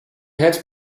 had